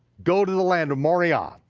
go to the land of moriah,